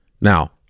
Now